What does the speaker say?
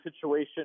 situation